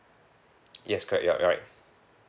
yes correct ya right